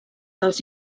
dels